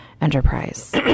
enterprise